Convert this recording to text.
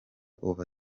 uva